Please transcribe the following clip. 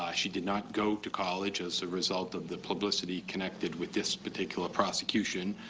ah she did not go to college as a result of the publicity connected with this particular prosecution,